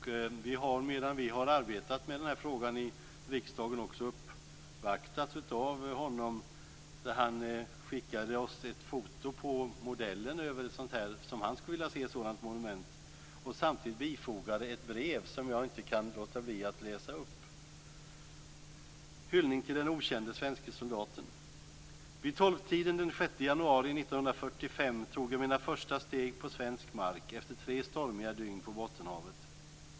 Vi har medan vi har arbetat med den här frågan i riksdagen också uppvaktats av honom. Han skickade ett foto på modellen över det monument som han skulle vilja se. Samtidigt bifogade han ett brev som jag inte kan låta bli att läsa upp: Vid tolvtiden den 6 januari 1945 tog jag mina första steg på svensk mark efter tre stormiga dygn på Bottenhavet.